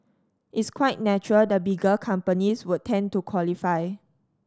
it's quite natural the bigger companies would tend to qualify